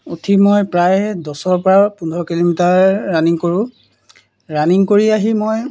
উঠি মই প্ৰায়ে দহৰ পৰা পোন্ধৰ কিলোমিটাৰ ৰাণিং কৰোঁ ৰাণিং কৰি আহি মই